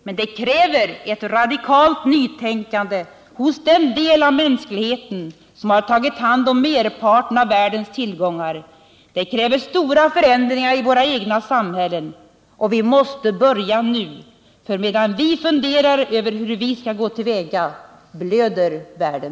Men det kräver ett radikalt nytänkande hos den del av mänskligheten som har tagit hand om merparten av världens tillgångar. Det kräver stora förändringar i våra egna samhällen. Och vi måste börja nu, för medan vi funderar över hur vi skall gå till väga, blöder världen.